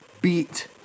beat